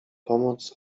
pomoc